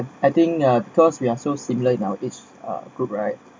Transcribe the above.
I think uh because we are so similar in our age uh group right